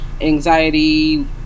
anxiety